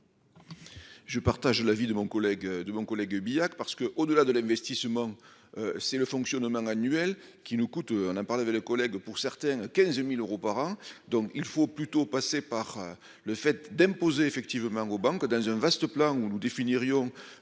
de mon collègue de mon collègue Billac parce que, au-delà de l'investissement, c'est le fonctionnement annuel qui nous coûte, on a parlé avec les collègues, pour certains, 15000 euros par an, donc il faut plutôt passer par le fait d'imposer effectivement banques que dans un vaste plan où nous définir